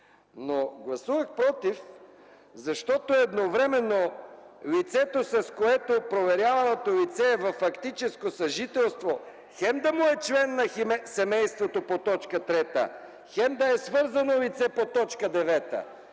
Но гласувах „против”, защото едновременно лицето, с което проверяваното лице е във фактическо съжителство – хем да му е член на семейството по т. 3, хем да е свързано лице по т. 9,